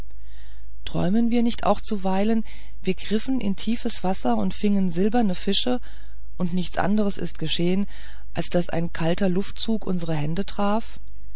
träumen wir nicht auch zuweilen wir griffen in tiefes wasser und fingen silberne fische und nichts anderes ist geschehen als daß ein kalter luftzug unsere hände traf